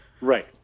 Right